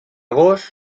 gos